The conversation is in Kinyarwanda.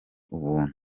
ubuntu